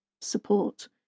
support